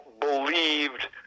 believed